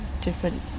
different